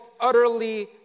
utterly